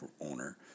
owner